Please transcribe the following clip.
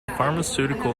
pharmaceutical